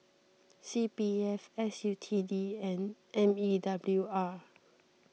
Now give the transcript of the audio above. C P F S U T D and M E W R